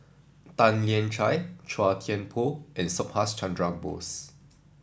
Tan Lian Chye Chua Thian Poh and Subhas Chandra Bose